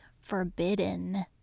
forbidden